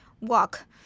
walk